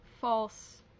false